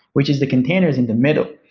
which is the containers in the middle.